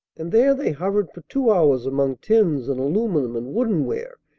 and there they hovered for two hours among tins and aluminum and wooden ware,